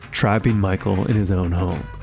trapping michael in his own home